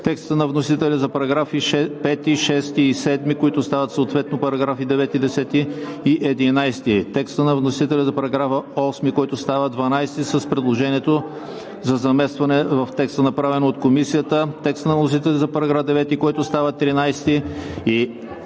текста на вносителя за параграфи 5, 6 и 7, които стават съответно параграфи 9, 10 и 11; текста на вносителя за § 8, който става § 12 с предложението за заместване в текста, направен от Комисията; текста на вносителя за § 9, който става § 13,